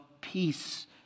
peace